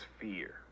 fear